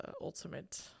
ultimate